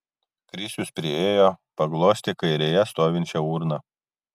krisius priėjo paglostė kairėje stovinčią urną